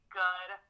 good